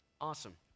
awesome